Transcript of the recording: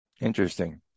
Interesting